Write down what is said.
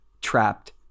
trapped